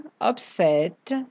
upset